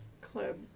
club